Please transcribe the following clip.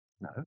No